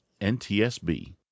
NTSB